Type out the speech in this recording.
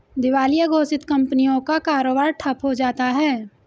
दिवालिया घोषित कंपनियों का कारोबार ठप्प हो जाता है